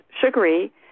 sugary